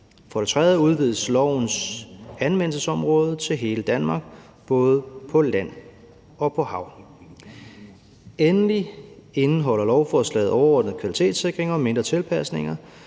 For det tredje udvides lovens anvendelsesområde til hele Danmark både på land og på hav. Endelig indeholder lovforslaget overordnet kvalitetssikring og mindre tilpasninger,